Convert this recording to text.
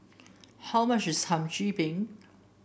how much is Hum Chim Peng